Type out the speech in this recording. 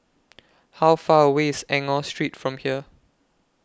How Far away IS Enggor Street from here